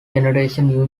generation